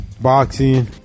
boxing